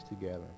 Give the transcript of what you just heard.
together